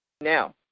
Now